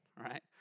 right